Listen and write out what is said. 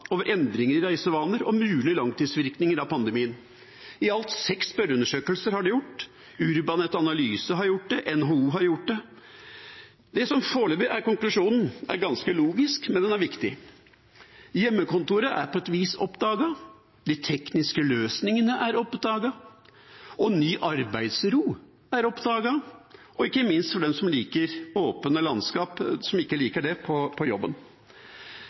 over endringer i reisevaner og mulige langtidsvirkninger av pandemien. I alt seks spørreundersøkelser har de gjort. Urbanet Analyse har undersøkt det, og NHO har gjort det. Det som foreløpig er konklusjonen, er ganske logisk, men viktig: Hjemmekontoret er på et vis oppdaget. De tekniske løsningene er oppdaget. Ny arbeidsro er oppdaget – ikke minst for dem som ikke liker åpne